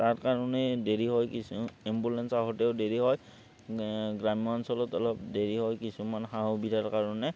তাৰ কাৰণেই দেৰি হয় কিছু এম্বুলেঞ্চ আহোঁতেও দেৰি হয় গ্ৰাম্য অঞ্চলত অলপ দেৰি হয় কিছুমান সা সুবিধাৰ কাৰণে